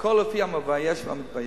הכול לפי המבייש והמתבייש.